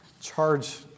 charge